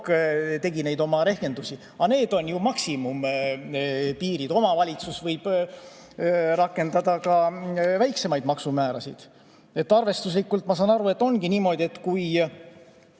tegi neid oma rehkendusi. Aga need on ju maksimumpiirid, omavalitsus võib rakendada ka väiksemaid maksumäärasid. Arvestuslikult, ma saan aru, ongi niimoodi, et kui